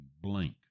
blink